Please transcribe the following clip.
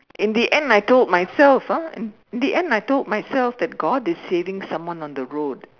in the end I told myself ah in the end I told myself that God is saving someone on the road